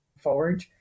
forward